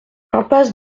impasse